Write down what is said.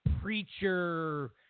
preacher